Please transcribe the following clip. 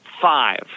five